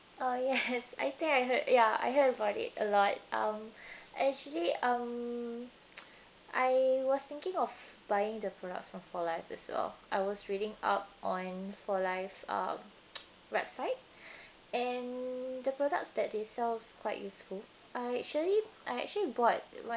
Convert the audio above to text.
uh yes I think I heard yeah I heard about it a lot um actually um I was thinking of buying the products from four life as well I was reading up on four life uh website and the products that they sells quite useful I actually I actually bought